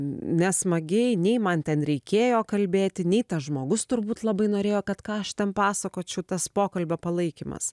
nesmagiai nei man ten reikėjo kalbėti nei tas žmogus turbūt labai norėjo kad ką aš ten pasakočiau tas pokalbio palaikymas